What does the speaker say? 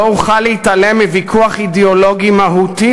לא אוכל להתעלם מוויכוח אידיאולוגי מהותי